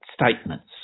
statements